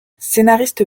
scénariste